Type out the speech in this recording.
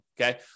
okay